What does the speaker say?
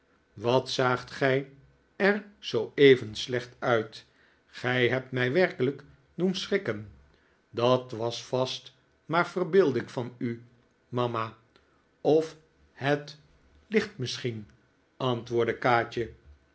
wat zaagt gij er zooeven slecht uit gij hebt mij werkelijk doen schrikken dat was vast maar verbeelding van u mama of het licht misschien antwoordde kaatje